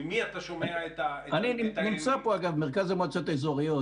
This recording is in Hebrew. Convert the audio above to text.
ממי אתה שומע --- נמצא פה אגב מרכז המועצות האזוריות,